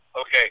Okay